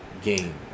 game